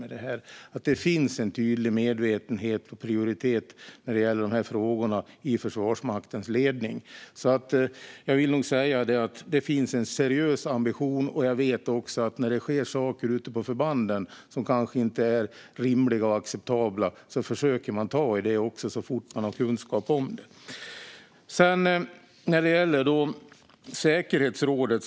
Det finns en tydlig medvetenhet och prioritet när det gäller dessa frågor i Försvarsmaktens ledning. Jag anser att det finns en seriös ambition, och jag vet att när det sker saker som inte är rimliga eller acceptabla ute på förbanden hanterar man dem så fort det finns kunskap om dem. Sedan var det frågan om säkerhetsrådet.